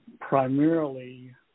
primarily